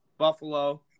Buffalo